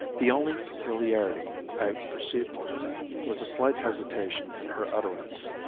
the only peculiarity i perceived in her was a slight hesitation in her utterance,